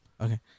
Okay